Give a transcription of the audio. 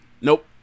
nope